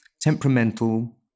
temperamental